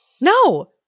No